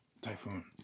Typhoon